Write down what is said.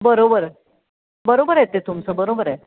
बरोबर बरोबर आहे ते तुमचं बरोबर आहे